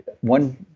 one